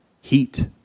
Heat